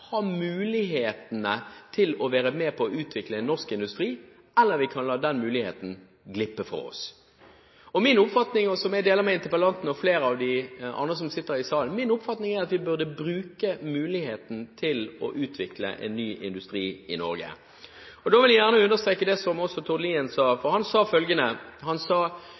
ha mulighet til å være med på å utvikle norsk industri – eller vi kan la den muligheten glippe for oss. Min oppfatning, som jeg deler med interpellanten og flere av de andre som sitter i salen, er at vi burde bruke muligheten til å utvikle en ny industri i Norge. Da vil jeg gjerne understreke det som Tord Lien sa. Han sa